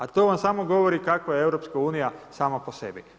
A to vam samo govori kakva je EU sama po sebi.